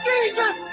Jesus